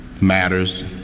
matters